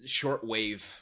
shortwave